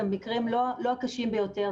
הם מקרים לא הקשים ביותר,